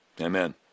Amen